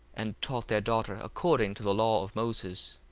and taught their daughter according to the law of moses.